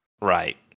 Right